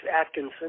Atkinson